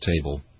table